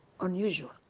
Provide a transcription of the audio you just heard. Unusual